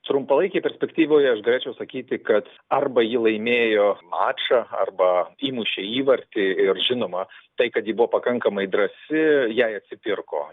trumpalaikėj perspektyvoj aš galėčiau sakyti kad arba ji laimėjo mačą arba įmušė įvartį ir žinoma tai kad ji buvo pakankamai drąsi jai atsipirko